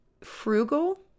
frugal